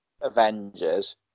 Avengers